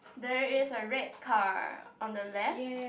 there is a red car on the left